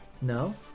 No